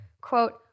quote